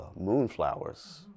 moonflowers